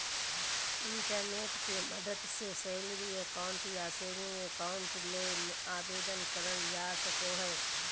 internet के मदद से सैलरी अकाउंट या सेविंग अकाउंट ले आवेदन करल जा सको हय